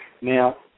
Now